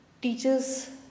Teachers